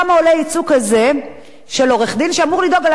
של עורך-דין שאמור לדאוג לזכויות הבסיסיות האלה.